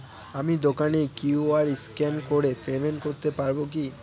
আমি দোকানে QR scan করে পেমেন্ট করতে পারবো কি?